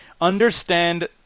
understand